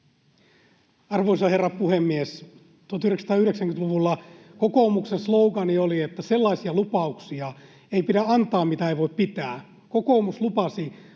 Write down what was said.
Arvoisa herra puhemies! 1990-luvulla kokoomuksen slogan oli, että sellaisia lupauksia ei pidä antaa, mitä ei voi pitää. Kokoomus lupasi